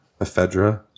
Ephedra